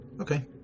Okay